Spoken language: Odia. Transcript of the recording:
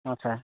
ହଁ ସାର୍